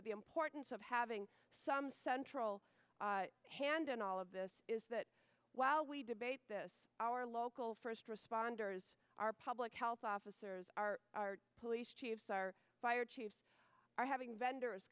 but the importance of having some central hand in all of this is that while we debate this our local first responders our public health officers our police chiefs our fire chiefs are having vendors